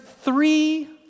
three